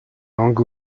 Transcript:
langues